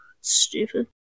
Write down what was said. Stupid